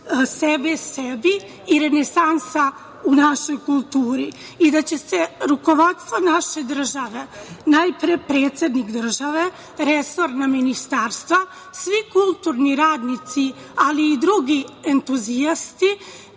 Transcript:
sebe sebi i renesansa u našoj kulturi i da će rukovodstvo naše države, najpre predsednik države, sva ministarstva, svi kulturni radnici, ali i drugi entuzijasti